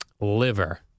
liver